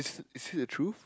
is it the truth